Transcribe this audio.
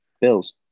Bills